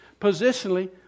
Positionally